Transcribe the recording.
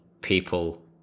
people